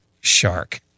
shark